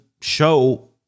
show